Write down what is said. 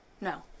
no